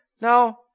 Now